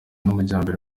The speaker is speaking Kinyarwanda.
n’amajyambere